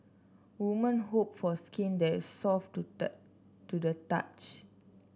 women hope for skin that is soft to the to the touch